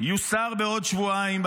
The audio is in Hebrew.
יוסר בעוד שבועיים,